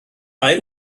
mae